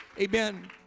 Amen